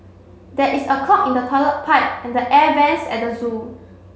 there is a clog in the toilet pipe and the air vents at the zoo